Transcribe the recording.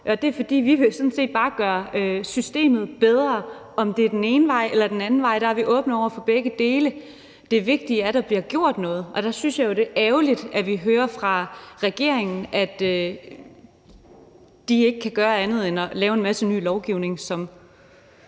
og det er, fordi vi sådan set bare vil gøre systemet bedre, om det er den ene vej eller den anden vej. Der er vi åbne over for begge dele. Det vigtige er, at der bliver gjort noget, og der synes jeg, det er ærgerligt, at vi hører fra regeringen, at de ikke kan gøre andet end at lave en masse ny lovgivning,